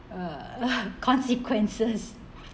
uh consequences